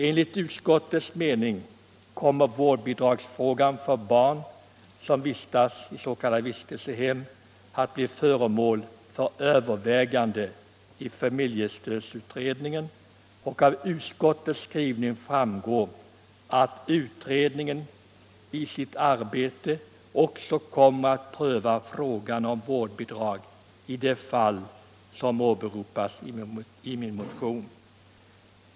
Enligt utskottets mening kommer emellertid vårdbidragsfrågan för barn som vistas i s.k. vistelsehem att bli föremål för övervägande i familjestödsutredningen, och av utskottets skrivning framgår att utredningen i sitt arbete också kommer att pröva frågan om vårdbidrag i de fall som åberopas i min motion.